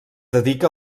dedica